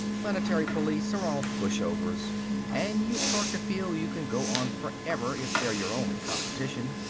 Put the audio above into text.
planetary police are all pushovers and you start to feel you can go on forever if they're your only competition.